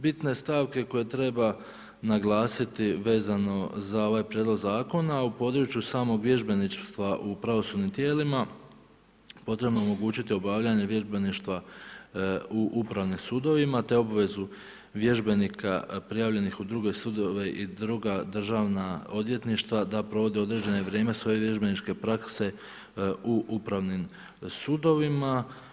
Bitne stavke koje treba naglasiti vezano za ovaj prijedlog zakona u području samog vježbeništva u pravosudnim tijelima potrebno je omogućiti obavljanje vježbeništva u upravnim sudovima te obvezu vježbenika prijavljenih u druge sudove i druga državna odvjetništva da provode određeno vrijeme svoje vježbeničke prakse u upravnim sudovima.